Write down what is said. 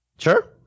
Sure